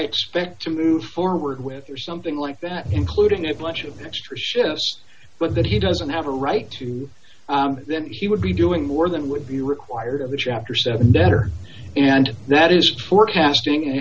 expect to move forward with or something like that including a bunch of extra shifts but that he doesn't have a right to then he would be doing more than would be required of the chapter seven better and that is forecasting